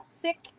sick